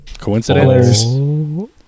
coincidence